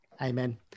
Amen